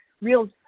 real